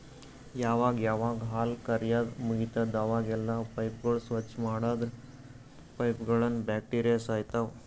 ಯಾವಾಗ್ ಯಾವಾಗ್ ಹಾಲ್ ಕರ್ಯಾದ್ ಮುಗಿತದ್ ಅವಾಗೆಲ್ಲಾ ಪೈಪ್ಗೋಳ್ ಸ್ವಚ್ಚ್ ಮಾಡದ್ರ್ ಪೈಪ್ನಂದ್ ಬ್ಯಾಕ್ಟೀರಿಯಾ ಸಾಯ್ತವ್